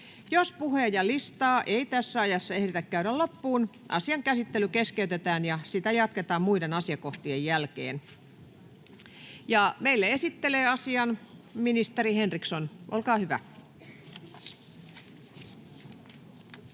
Jos puhujalistaa ei tässä ajassa ehditä käydä loppuun, asian käsittely keskeytetään ja sitä jatketaan muiden asiakohtien jälkeen. — Tässäkin esittelijänä ministeri Henriksson, olkaa hyvä.